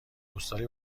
پستالی